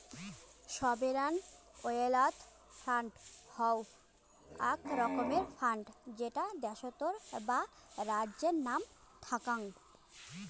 sovereign wealth fund হউ আক রকমের ফান্ড যেটা দ্যাশোতর বা রাজ্যের নাম থ্যাক্যাং